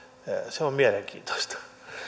se on mielenkiintoista